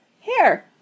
Here